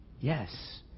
yes